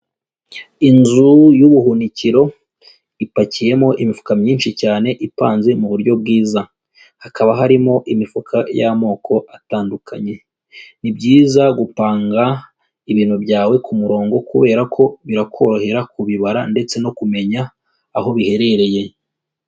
Inzu y'ubuhunikiro, ipakiyemo imifuka myinshi cyane ipanze mu buryo bwiza. Hakaba harimo imifuka y'amoko atandukanye. Ni byiza gupanga ibintu byawe ku murongo kubera ko birakorohera kubibara ndetse no kumenya aho biherereye.